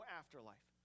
afterlife